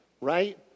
right